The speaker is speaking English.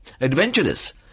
adventurous